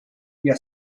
via